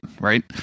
right